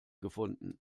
gefunden